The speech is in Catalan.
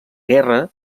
guerra